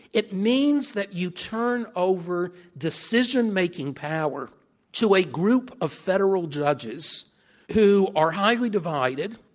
it means that you turn over decision-making power to a group of federal judges who are highly divided,